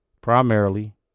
Primarily